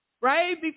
right